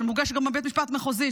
שמוגש גם בבית משפט מחוזי,